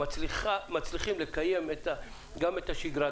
שמצליחים לקיים גם את השגרה,